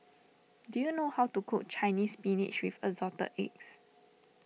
do you know how to cook Chinese Spinach with Assorted Eggs